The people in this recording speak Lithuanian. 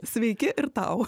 sveiki ir tau